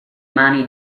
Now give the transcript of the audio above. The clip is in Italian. mani